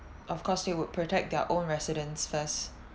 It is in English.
of course they would protect their own residents first